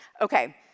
okay